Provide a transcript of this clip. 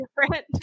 different